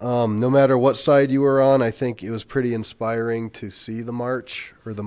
no matter what side you were on i think it was pretty inspiring to see the march or the